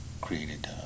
created